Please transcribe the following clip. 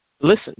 Listen